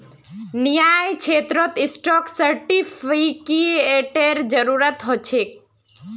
न्यायक्षेत्रत स्टाक सेर्टिफ़िकेटेर जरूरत ह छे